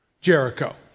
Jericho